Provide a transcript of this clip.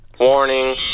Warning